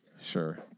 Sure